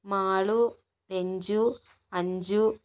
Malu Ranju Anju